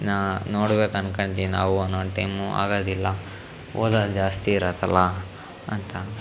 ನಾ ನೋಡ್ಬೇಕು ಅನ್ಕಂತೀವಿ ನಾವು ಒಂದೊಂದು ಟೈಮು ಆಗೋದಿಲ್ಲ ಓದದು ಜಾಸ್ತಿ ಇರುತ್ತಲ್ಲ ಅಂತ